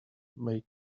make